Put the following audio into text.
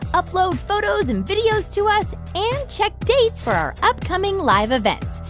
upload photos and videos to us and check dates for our upcoming live events.